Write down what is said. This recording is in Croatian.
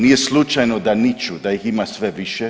Nije slučajno da niču, da ih ima sve više.